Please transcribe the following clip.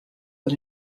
but